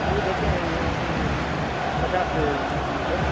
वो देते हैं अथी पचास रुपए